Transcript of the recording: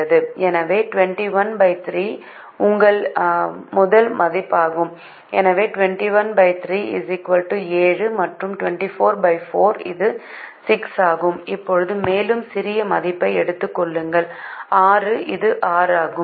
எனவே 213 உங்கள் முதல் மதிப்பாகும் எனவே 213 7 மற்றும் 244 இது 6 ஆகும் இப்போது மேலும் சிறிய மதிப்பை எடுத்துக் கொள்ளுங்கள் 6 இது 6 ஆகும்